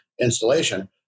installation